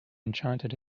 enchanted